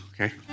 okay